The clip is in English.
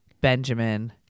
Benjamin